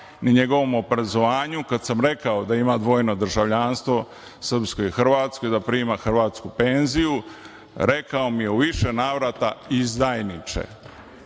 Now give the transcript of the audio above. ni njegovom obrazovanju, kada sam rekao da ima dvojno državljanstvo, srpsko i hrvatsko, i da prima hrvatsku penziju, rekao mi je u više navrata: „Izdajniče“.